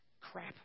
Crap